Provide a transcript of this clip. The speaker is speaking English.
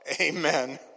Amen